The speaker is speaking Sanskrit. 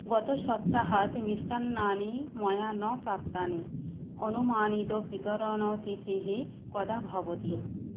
गतसप्ताहात् मिष्टान्नानि मया न प्राप्तानि अनुमानितवितरणतिथिः कदा भवति